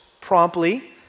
promptly